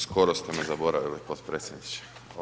Skoro ste me zaboravili, potpredsjedniče.